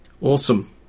Awesome